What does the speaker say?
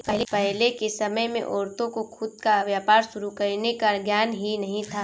पहले के समय में औरतों को खुद का व्यापार शुरू करने का ज्ञान ही नहीं था